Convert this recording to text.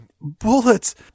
bullets